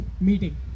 meeting